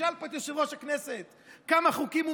תשאל פה את יושב-ראש הכנסת כמה חוקים הוא